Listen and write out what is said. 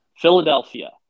Philadelphia